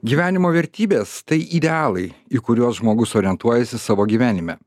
gyvenimo vertybės tai idealai į kuriuos žmogus orientuojasi savo gyvenime